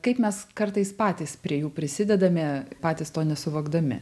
kaip mes kartais patys prie jų prisidedame patys to nesuvokdami